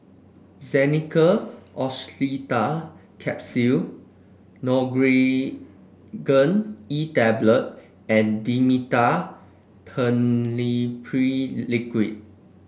Xenical Orlistat Capsule Nurogen E Tablet and Dimetapp Phenylephrine Liquid